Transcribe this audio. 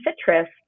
citrus